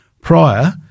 prior